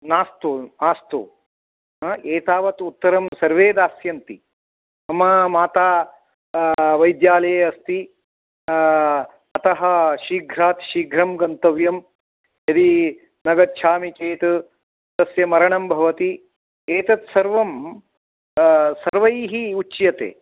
मास्तु मास्तु एतावत् उत्तरं सर्वे दास्यन्ति मम माता वैद्यालये अस्ति अतः शीघ्राति शीघ्रं गन्तव्यं यदि न गच्छामि चेत् तस्य मरणं भवति एतत् सर्वं सर्वैः उच्यते